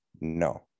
No